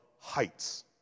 heights